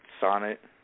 sonnet